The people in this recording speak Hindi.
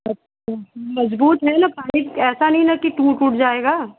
अच्छा मज़बूत है ना पाइप ऐसा नहीं ना कि टूट ऊट जाएगा